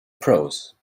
prose